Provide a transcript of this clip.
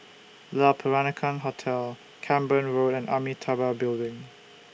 Le Peranakan Hotel Camborne Road and Amitabha Building